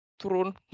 Turun